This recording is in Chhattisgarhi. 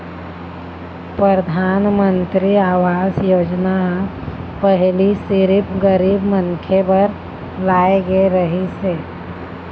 परधानमंतरी आवास योजना ह पहिली सिरिफ गरीब मनखे बर लाए गे रहिस हे